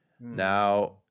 Now